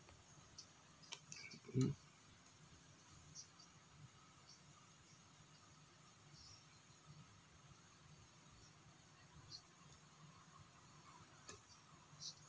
hmm